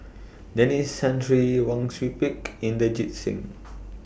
Denis Santry Wang Sui Pick Inderjit Singh